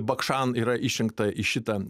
bakšan yra išrinkta į šitą